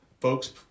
folks